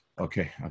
Okay